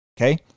Okay